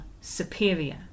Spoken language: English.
superior